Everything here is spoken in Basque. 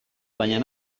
baina